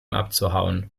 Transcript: abzuhauen